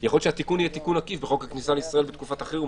יכול להיות שהתיקון יהיה עקיף בוק הכניסה לישראל בתקופת החירום.